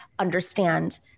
understand